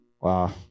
wow